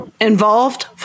involved